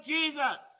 Jesus